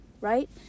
right